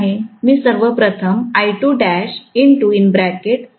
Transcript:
मी सर्वप्रथमथेट जोडणार आहे